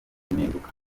impinduka